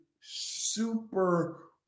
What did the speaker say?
super